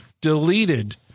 deleted